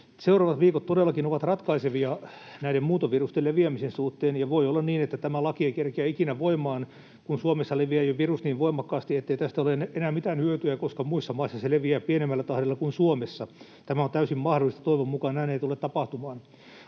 Seuraavat viikot todellakin ovat ratkaisevia näiden muuntovirusten leviämisen suhteen, ja voi olla niin, että tämä laki ei kerkiä ikinä voimaan, kun Suomessa leviää virus jo niin voimakkaasti, ettei tästä ole enää mitään hyötyä, koska muissa maissa se leviää pienemmällä tahdilla kuin Suomessa. Tämä on täysin mahdollista. Toivon mukaan näin ei tule tapahtumaan.